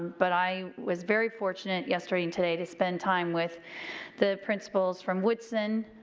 but i was very fortunate yesterday and today to spend time with the principals from woodson,